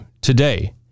today